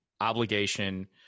obligation